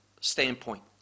standpoint